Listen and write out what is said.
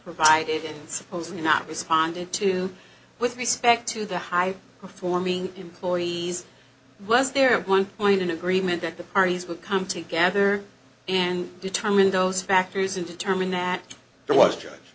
provided supposedly not responded to with respect to the high performing employees was there one point in agreement that the parties would come together and determine those factors in determining that there was a j